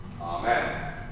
Amen